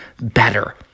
better